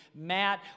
Matt